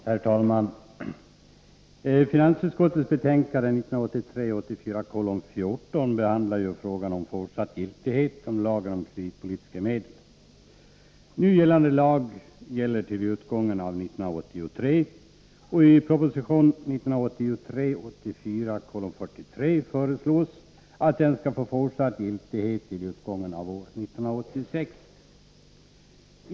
Herr talman! Finansutskottets betänkande 1983 84:43 föreslås att den skall få fortsatt giltighet till utgången av år 1986.